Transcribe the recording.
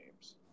games